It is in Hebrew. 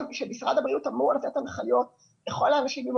כי משרד הבריאות אמור לתת המלצות לכל האנשים עם